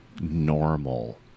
normal